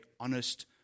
honest